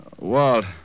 Walt